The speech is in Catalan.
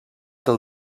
del